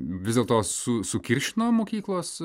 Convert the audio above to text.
vis dėlto su sukiršino mokyklos